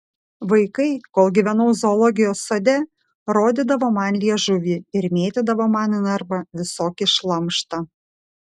vaikai kol gyvenau zoologijos sode rodydavo man liežuvį ir mėtydavo man į narvą visokį šlamštą